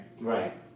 Right